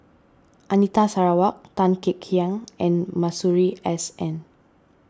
Anita Sarawak Tan Kek Hiang and Masuri S N